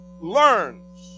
learns